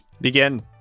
begin